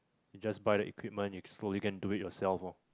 you just buy the equipment you can slowly go and do it yourself ah